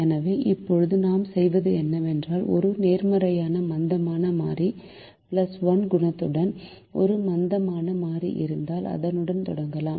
எனவே இப்போது நாம் செய்வது என்னவென்றால் ஒரு நேர்மறையான மந்தமான மாறி 1 குணகத்துடன் ஒரு மந்தமான மாறி இருந்தால் அதனுடன் தொடங்கலாம்